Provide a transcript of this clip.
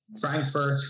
Frankfurt